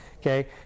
okay